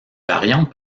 variantes